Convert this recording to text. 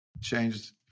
Changed